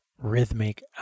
rhythmic